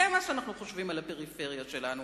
זה מה שאנחנו חושבים על הפריפריה שלנו,